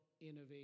innovation